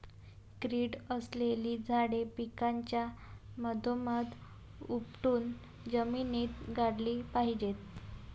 कीड असलेली झाडे पिकाच्या मधोमध उपटून जमिनीत गाडली पाहिजेत